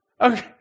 Okay